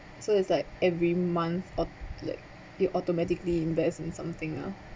so it's like every month aut~ like you automatically invest in something ah